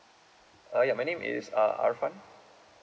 uh ya my name is uh arfan